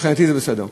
מבחינתי זה בסדר,